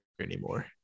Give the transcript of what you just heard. anymore